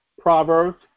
Proverbs